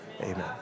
Amen